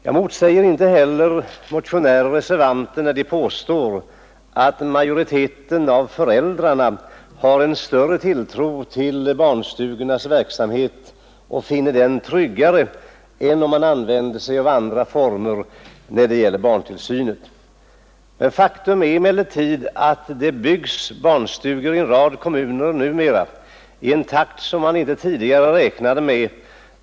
Jag motsäger inte heller motionärer och reservanter när de påstår att majoriteten av föräldrarna har en större tilltro till barnstugornas verksamhet och finner den tryggare än andra former av barntillsyn. Faktum är emellertid att det byggs barnstugor i en rad kommuner numera i en takt som man inte tidigare räknade med.